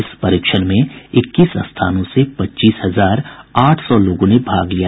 इस परीक्षण में इक्कीस स्थानों से पच्चीस हजार आठ सौ लोगों ने भाग लिया